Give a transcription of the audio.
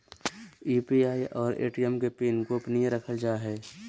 UPI और ATM के PIN गोपनीय रखल जा हइ